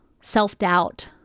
Self-doubt